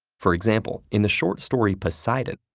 for example, in the short story, poseidon,